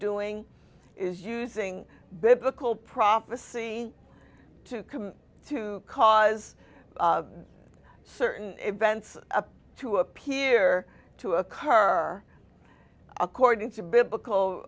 doing is using biblical prophecy to commit to cause certain events to appear to occur according to biblical